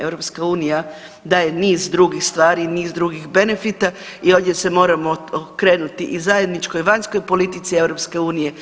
EU daje niz drugih stvari i niz drugih benefita i ovdje se moramo okrenuti i zajedničkoj vanjskoj politici EU.